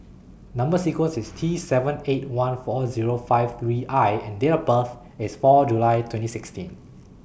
Number sequence IS T seven eight one four Zero five three I and Date of birth IS four July twenty sixteen